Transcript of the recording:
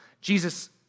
Jesus